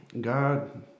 God